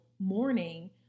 morning